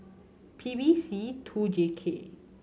P B C two J K